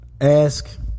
ask